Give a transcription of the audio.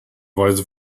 weise